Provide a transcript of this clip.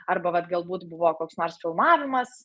arba vat galbūt buvo koks nors filmavimas